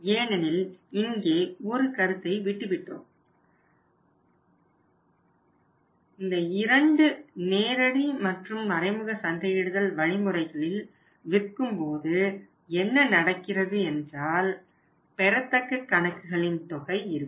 ஏனெனில் இங்கே ஒரு கருத்தை விட்டுவிட்டோம் இந்த இரண்டு நேரடி மற்றும் மறைமுக சந்தையிடுதல் வழிமுறைகளில் விற்கும்போது என்ன நடக்கிறது என்றால் பெறத்தக்க கணக்குகளின் தொகை இருக்கும்